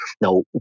Now